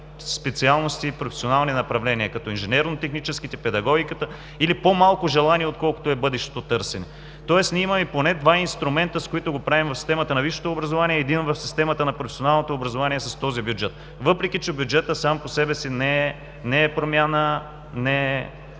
специалности и професионални направления, като инженерно-техническите, педагогиката или по-малко желани, отколкото е бъдещото търсене. Тоест, ние имаме поне два инструмента, с които го правим в системата на висшето образование, и един – в системата на професионалното образование, с този бюджет, въпреки че бюджетът сам по себе си не е промяна, не е